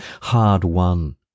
hard-won